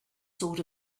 sort